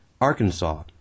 Arkansas